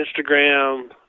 instagram